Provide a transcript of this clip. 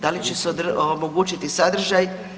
Da li će se omogućiti sadržaj?